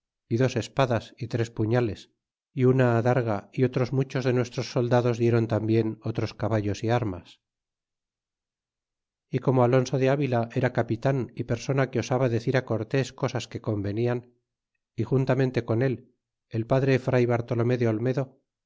dos espadas y tras puñales y una adarga y otros muchos de nuestros soldados diéron tambien otros caballos y armas y como alonso de avila era capitan y persona que osaba decir cortés cosas que convenian juntamente con el el padre fray bartolomé olmedo